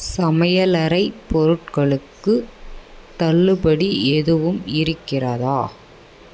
சமையலறை பொருட்களுக்கு தள்ளுபடி எதுவும் இருக்கிறதா